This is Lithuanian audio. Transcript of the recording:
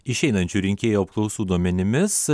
išeinančių rinkėjų apklausų duomenimis